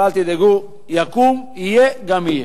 אבל אל תדאגו, יקום, יהיה גם יהיה.